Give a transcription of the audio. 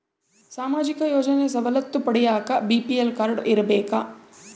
ಸಾಮಾಜಿಕ ಯೋಜನೆ ಸವಲತ್ತು ಪಡಿಯಾಕ ಬಿ.ಪಿ.ಎಲ್ ಕಾಡ್೯ ಇರಬೇಕಾ?